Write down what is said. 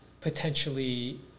potentially